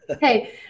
Hey